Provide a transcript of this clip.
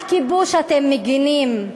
על הכיבוש אתם מגינים.